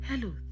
Hello